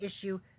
issue